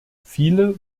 viele